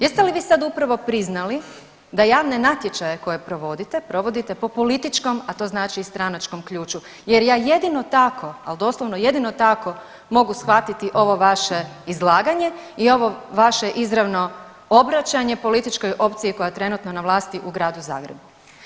Jeste li vi sad upravo priznali da javne natječaje koje provodite, provodite po političkom, a to znači i stranačkom ključu jer ja jedino tako, ali doslovno jedino tako mogu shvatiti ovo vaše izlaganje i ovo vaše izravno obraćanje političkoj opciji koja je trenutno na vlasti u Gradu Zagrebu.